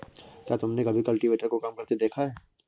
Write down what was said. क्या तुमने कभी कल्टीवेटर को काम करते देखा है?